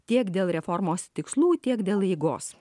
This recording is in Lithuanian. tiek dėl reformos tikslų tiek dėl jėgos